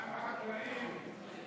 מה עם החקלאים?